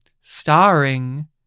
starring